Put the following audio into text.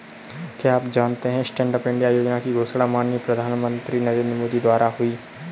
क्या आप जानते है स्टैंडअप इंडिया योजना की घोषणा माननीय प्रधानमंत्री नरेंद्र मोदी द्वारा हुई?